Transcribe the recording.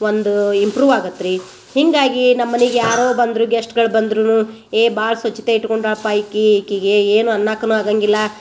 ಒಂದು ಇಂಪ್ರೂವ್ ಆಗತ್ರಿ ಹೀಗಾಗಿ ನಮ್ಮ ಮನೆಗೆ ಯಾರೋ ಬಂದರೂ ಗೆಸ್ಟ್ಗಳು ಬಂದರೂನು ಎ ಭಾಳ ಸ್ವಚ್ಛತೆ ಇಟ್ಕೊಂಡಳಪ್ಪಾ ಈಕಿ ಈಕಿಗೆ ಏನು ಅನ್ನಾಕನು ಆಗಂಗಿಲ್ಲ